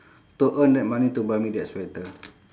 to earn that money to buy me that sweater